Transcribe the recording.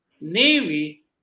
Navy